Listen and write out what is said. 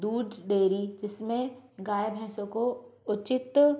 दूध डेरी जिसमे गाय भैंसों को उचित